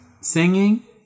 singing